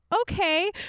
okay